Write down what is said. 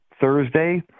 Thursday